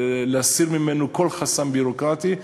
להסיר ממנו כל חסם ביורוקרטי,